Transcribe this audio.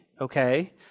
okay